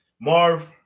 Marv